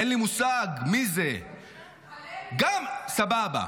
אין לי מושג מי זה --- הלל ביטון-רוזן.